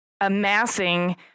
amassing